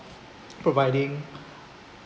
providing the